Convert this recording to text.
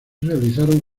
realizaron